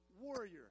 warrior